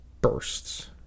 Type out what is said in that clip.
bursts